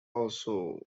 also